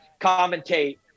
commentate